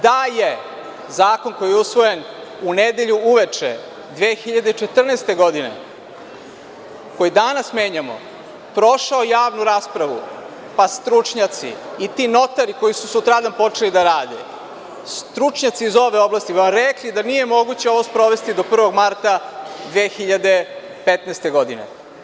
Da je zakon koji je usvojen u nedelju uveče 2014. godine, koji danas menjamo, prošao javnu raspravu, pa stručnjaci, i ti notari koji su sutradan počeli da rade, stručnjaci iz ove oblasti bi vam rekli da nije moguće ovo sprovesti do 1. marta 2015. godine.